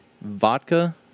vodka